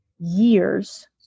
years